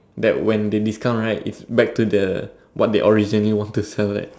that when they discount right it's back to the what they originally want to sell at